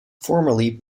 formerly